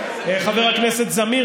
חבר הכנסת זמיר,